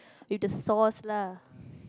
with the sauce lah